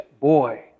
boy